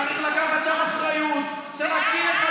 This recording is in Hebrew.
תסתכל עליהם ותן להם ביטחון,